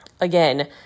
Again